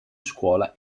scuola